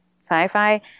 sci-fi